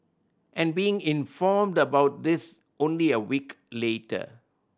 and being informed about this only a week later